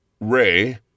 Ray